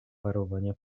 parowania